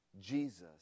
Jesus